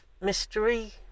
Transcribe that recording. mystery